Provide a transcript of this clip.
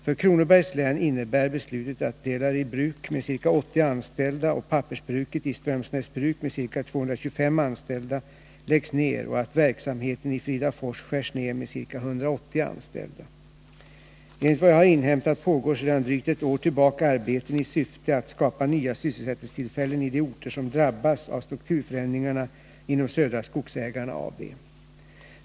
För Kronobergs län innebär beslutet att Delary Bruk med ca 80 anställda och pappersbruket i Strömsnäsbruk med ca 225 anställda läggs ned och att verksamheten i Fridafors skärs ned med ca 180 anställda. Enligt vad jag har inhämtat pågår sedan drygt ett år tillbaka arbeten i syfte att skapa nya sysselsättningstillfällen i de orter som drabbas av strukturförändringarna inom Södra Skogsägarna AB.